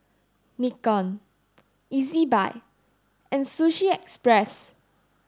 Nikon Ezbuy and Sushi Express